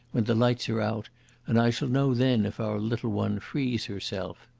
when the lights are out and i shall know then if our little one frees herself.